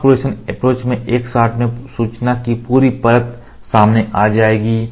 mask projection approach में एक shot में सूचना की पूरी परत सामने आ जाएगी